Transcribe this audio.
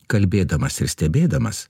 kalbėdamas ir stebėdamas